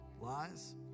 lies